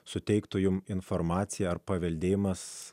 suteiktų jums informaciją ar paveldėjimas